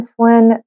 insulin